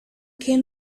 came